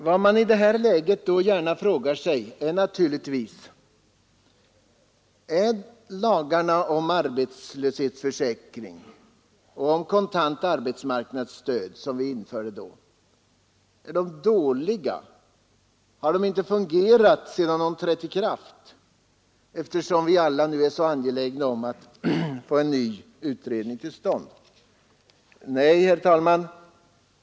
Vad man i detta läge kan fråga sig är huruvida lagarna om arbetslöshetsförsäkring och om kontant arbetsmarknadsstöd är dåliga. Har de inte fungerat sedan de trädde i kraft eftersom vi alla nu är så angelägna om att få en ny utredning till stånd?